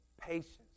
patience